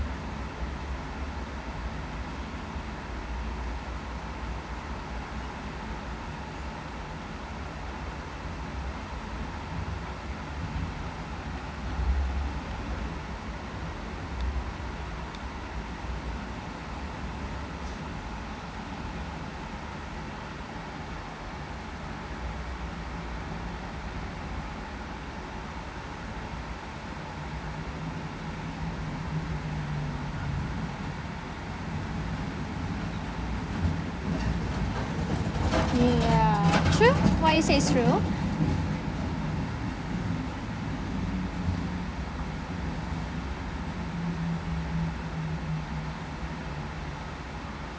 really ah sure what you said is true